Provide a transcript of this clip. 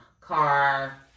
car